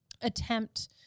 attempt